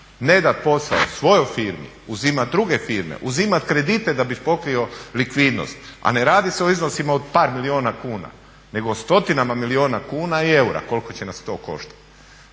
ne da posao svojoj firmi uzima druge firme, uzimat kredite da bi pokrio likvidnost, a ne radi se o iznosima od par milijuna kuna, nego o stotinama milijuna kuna i eura koliko će nas to koštati.